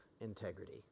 integrity